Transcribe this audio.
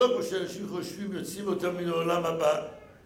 בבקשה, יש לי חושבים יוצאים אותם מן העולם הבא